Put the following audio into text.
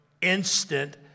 instant